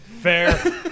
Fair